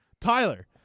Tyler